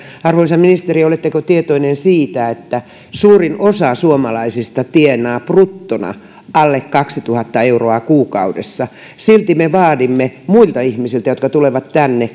arvoisa ministeri oletteko tietoinen siitä että suurin osa suomalaisista tienaa bruttona alle kaksituhatta euroa kuukaudessa silti me vaadimme muilta ihmisiltä jotka tulevat tänne